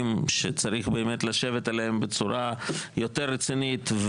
שצריך באמת לשבת עליהם בצורה יותר רצינית,